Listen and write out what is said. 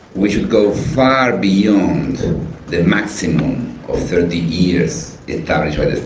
we should go far beyond the maximum of thirty years established